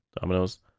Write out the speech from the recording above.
Dominoes